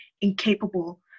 incapable